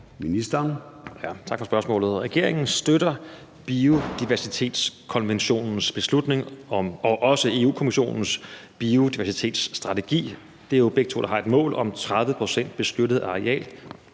Heunicke): Tak for spørgsmålet. Regeringen støtter biodiversitetskonventionens målsætning og også Europa-Kommissionens biodiversitetsstrategi. Begge har jo et mål om 30 pct. beskyttet areal